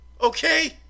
Okay